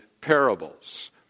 parables